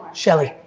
shelly,